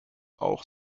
auch